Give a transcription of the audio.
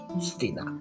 Stina